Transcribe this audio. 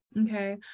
Okay